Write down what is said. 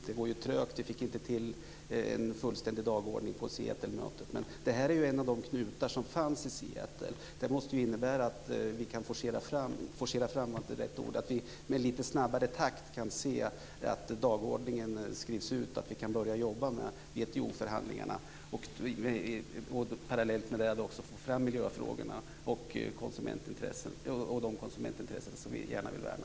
Det går ju trögt, vi fick inte till en fullständig dagordning på Seattlemötet. Det här är en av de knutar som fanns i Seattle. Det här protokollet måste innebära att dagordningen skrivs ut i lite snabbare takt, så att vi kan börja jobba med WTO förhandlingarna och parallellt med det få fram miljöfrågorna och de konsumentintressen som vi gärna vill värna.